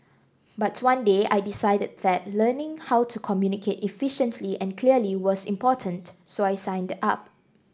but one day I decided that learning how to communicate efficiently and clearly was important so I signed up